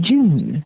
June